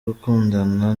gukundana